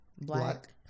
Black